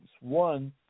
one